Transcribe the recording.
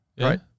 Right